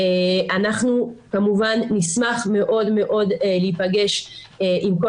אנחנו כמובן נשמח מאוד מאוד להיפגש עם כל